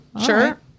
sure